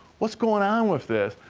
what's going on with this?